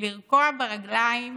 לרקוע ברגליים